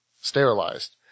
sterilized